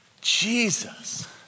Jesus